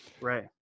Right